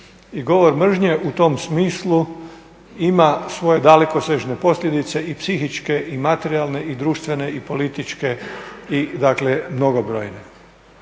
govor mržnje u tom smislu ima svoje dalekosežne posljedice i psihičke i materijalne i društvene i političke i dakle mnogobrojne.